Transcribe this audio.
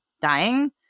dying